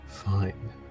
Fine